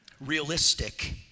realistic